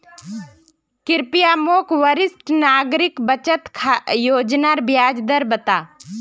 कृप्या मोक वरिष्ठ नागरिक बचत योज्नार ब्याज दर बता